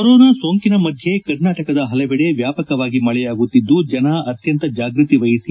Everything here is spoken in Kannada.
ಕೊರೊನಾ ಸೋಂಕಿನ ಮಧ್ಯೆ ಕರ್ನಾಟಕದ ಪಲವೆಡೆ ವ್ಯಾಪಕವಾಗಿ ಮಳೆಯಾಗುತ್ತಿದ್ದು ಜನ ಅತ್ಯಂತ ಜಾಗೃತಿ ವಹಿಸಿ